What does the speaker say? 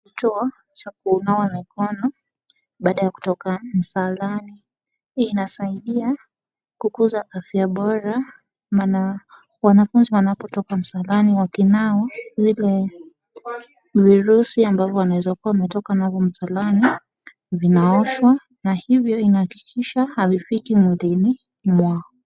Kituo cha kunawa mikono baada ya kutoka msalani. Hii inasaidia kukuza afya bora. Maana, wanafunzi wanapotoka msalani wakinawa, zile virusi ambavyo wanaweza kuwa wametoka navyo msalani, vinaoshwa. Na hivyo inahakikisha havifiki mwilini mwao.